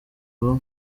vuba